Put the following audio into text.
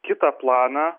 kitą planą